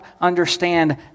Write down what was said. understand